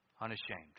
Unashamed